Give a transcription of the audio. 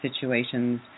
situations